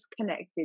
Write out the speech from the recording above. connected